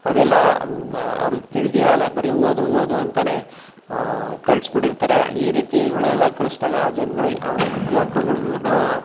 ಅದೆಲ್ಲ ಅವ್ರಿಗೆ ತಿಳಿದಿರಲ್ಲ ಬರೀ ಓದು ಓದು ಅಂತ ಕಳ್ಸಿಬಿಟ್ಟಿರ್ತಾರೆ ಈ ರೀತಿಗಳೆಲ್ಲ ಕಳಿಸ್ದಾಗ ಜನಗಳಿಗ್ ಯುವಕರುಗಳ್ಗು